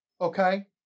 okay